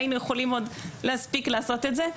היינו יכולים להספיק לעשות את זה.